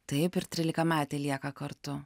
taip ir trylikametė lieka kartu